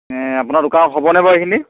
আপোনাৰ দোকানত হ'বনে বাৰু এইখিনি